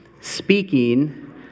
speaking